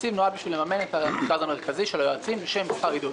התקציב נועד בשביל לממן את המכרז המרכזי של היועצים לשם שכר עידוד.